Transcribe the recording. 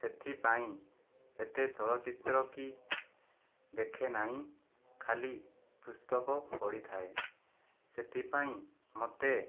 ସେଥିପାଇଁ ଏତେ ଚଳଚିତ୍ର କି ଦେଖେ ନାହିଁ ଖାଲି ପୁସ୍ତକ ପଢ଼ିଥାଏ ସେଥିପାଇଁ ମୋତେ